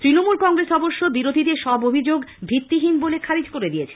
তৃণমূল কংগ্রেস বিরোধীদের সব অভিযোগ ভিত্তিহীন বলে খারিজ করে দিয়েছে